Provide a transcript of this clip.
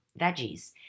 veggies